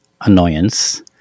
annoyance